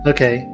Okay